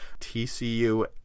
TCU